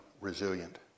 resilient